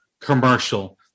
commercial